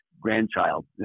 grandchild